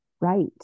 right